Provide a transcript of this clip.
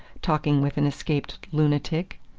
talking with an escaped lunatic.